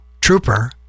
Trooper